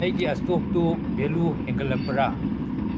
ꯑꯩꯒꯤ ꯑꯁꯇꯣꯛꯇꯨ ꯕꯦꯂꯨ ꯍꯦꯟꯒꯠꯂꯛꯄ꯭ꯔ